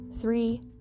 three